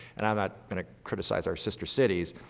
and i'm not going to criticize our sister cities.